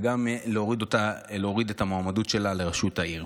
וגם להוריד את המועמדות שלה לראשות העיר.